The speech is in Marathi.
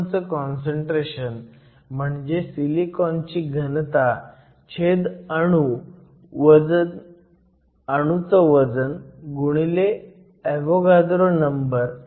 सीलिकॉनचं काँसंट्रेशन म्हणजे सिलिकॉनची घनता छेद अणू वजन गुणिले अव्होगद्रो नं